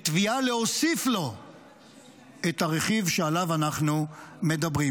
בתביעה להוסיף לו את הרכיב שעליו אנחנו מדברים.